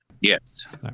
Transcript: Yes